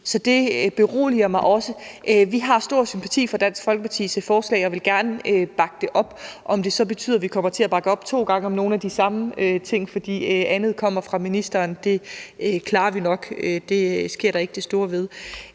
Så det beroliger mig også. Vi har stor sympati for Dansk Folkepartis forslag og vil gerne bakke det op. Om det så betyder, at vi kommer til at bakke op to gange om nogle af de samme ting, fordi andet kommer fra ministeren, klarer vi nok – det sker der ikke det store ved.